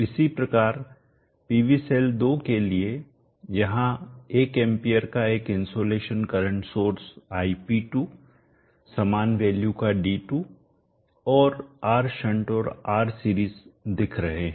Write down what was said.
इसी प्रकार PV cell 2 के लिए यहां 1 एंपियर का एक इनसोलेशन करंट सोर्स Ip2 समान वैल्यू का D2 और R शंट और R सीरीज दिख रहे हैं